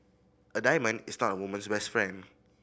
a diamond is not a woman's best friend